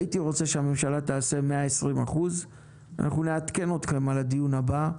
הייתי רוצה שהממשלה תעשה 120%. אנחנו נעדכן אתכם על הדיון הבא.